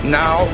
now